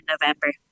November